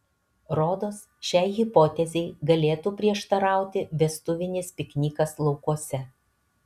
rodos šiai hipotezei galėtų prieštarauti vestuvinis piknikas laukuose